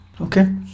okay